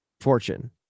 fortune